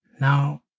Now